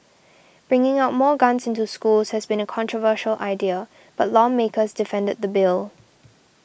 bringing more guns into school has been a controversial idea but lawmakers defended the bill